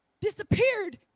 disappeared